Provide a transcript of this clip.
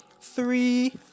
three